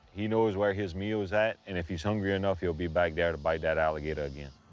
he knows where his meal is that, and if he's hungry enough, he'll be back there to bite that alligator again.